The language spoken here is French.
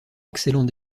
excellent